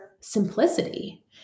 simplicity